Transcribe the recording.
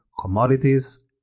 commodities